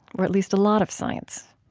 or at least a lot of science